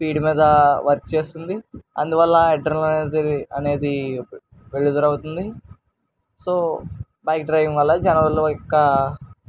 speed మీద work చేస్తుంది అందువల్ల అడ్రిలెన్ అనే అనేది విడుదలవుతుంది సో బైక్ డ్రైవింగ్ వల్ల జనాలు యొక్క